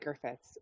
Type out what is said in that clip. Griffiths